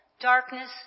darkness